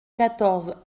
quatorze